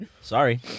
Sorry